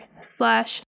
slash